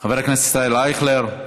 חבר הכנסת ישראל אייכלר,